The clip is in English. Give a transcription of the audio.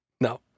No